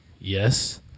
yes